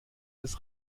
des